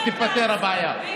אנחנו נפתור את הבעיה.